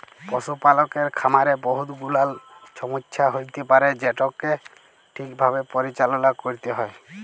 পশুপালকের খামারে বহুত গুলাল ছমচ্যা হ্যইতে পারে যেটকে ঠিকভাবে পরিচাললা ক্যইরতে হ্যয়